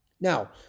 Now